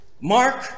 Mark